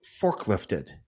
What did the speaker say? forklifted